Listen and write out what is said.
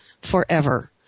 forever